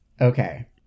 Okay